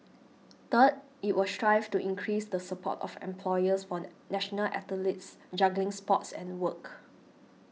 third it will strive to increase the support of employers for national athletes juggling sports and work